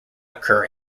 occur